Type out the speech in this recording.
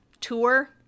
tour